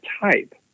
type